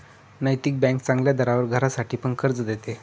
नैतिक बँक चांगल्या दरावर घरासाठी पण कर्ज देते